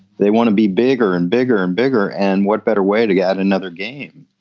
they want to be bigger and bigger and bigger and what better way to get another game.